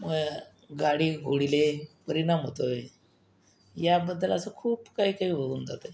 मग गाडी घोडीला परिणाम होतो आहे याबद्दल असं खूप काही काही होऊन जातं आहे